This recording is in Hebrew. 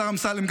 השר אמסלם,